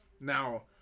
Now